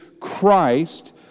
Christ